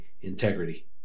integrity